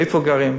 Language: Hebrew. איפה הם גרים.